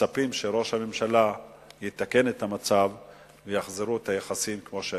מצפים שראש הממשלה יתקן את המצב ויחזיר את היחסים עם ירדן,